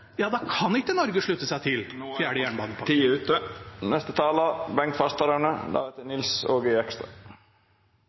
kan ikke Norge slutte seg til fjerde jernbanepakke. Tida er ute.